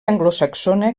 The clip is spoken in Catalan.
anglosaxona